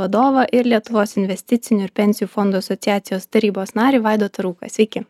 vadovą ir lietuvos investicinių ir pensijų fondų asociacijos tarybos narį vaidotą rūką sveiki